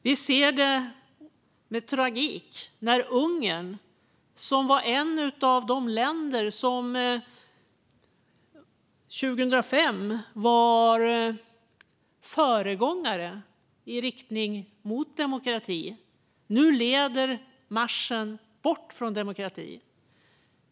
Vi ser det med tragik när Ungern, som var ett av de länder som 2005 var föregångare i riktning mot demokrati, nu leder marschen bort från demokrati.